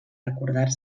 recordar